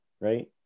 right